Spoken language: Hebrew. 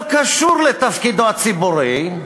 לא קשור לתפקידו הציבורי,